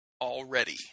already